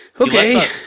okay